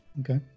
Okay